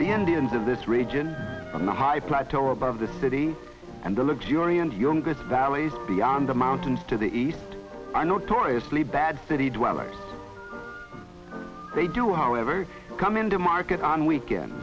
the indians of this region on the high plateau above the city and the luxuriant youngest valleys beyond the mountains to the east a notoriously bad city dwellers they do however come in to market on weekends